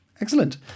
Excellent